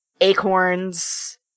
acorns